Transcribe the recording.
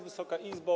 Wysoka Izbo!